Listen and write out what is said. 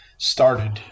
Started